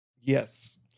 Yes